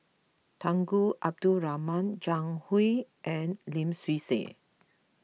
Tunku Abdul Rahman Zhang Hui and Lim Swee Say